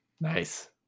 Nice